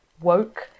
woke